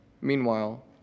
Meanwhile